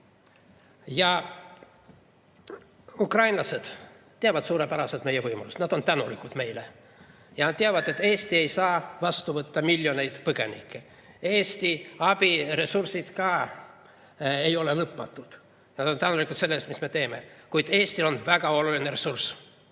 Ukrainlased teavad suurepäraselt meie võimalusi, nad on tänulikud meile ja nad teavad, et Eesti ei saa vastu võtta miljoneid põgenikke. Eesti abiressursid ei ole lõpmatud. Nad on tänulikud juba selle eest, mis me teeme. Kuid Eestil on väga oluline ressurss: